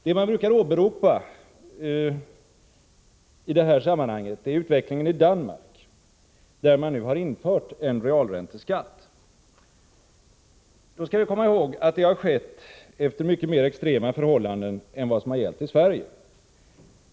Det man brukar åberopa i detta sammanhang är utvecklingen i Danmark, där det nu införts en realränteskatt. Då skall vi komma ihåg att det har skett mot bakgrund av mycket mer extrema förhållanden än vad som har gällt i Sverige.